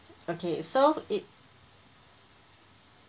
okay so it